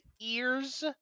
ears